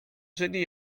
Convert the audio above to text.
żyli